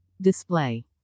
Display